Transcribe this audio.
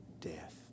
death